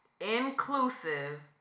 inclusive